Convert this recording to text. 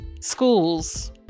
schools